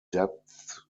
depths